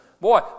Boy